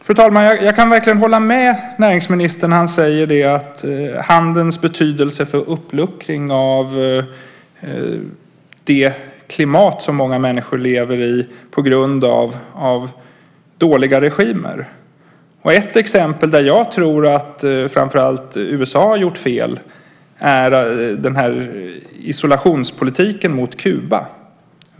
Fru talman! Jag kan verkligen hålla med näringsministern när han talar om handelns betydelse för uppluckring av det klimat som många människor lever i på grund av dåliga regimer. Ett exempel där jag tror att framför allt USA har gjort fel är isolationspolitiken mot Kuba.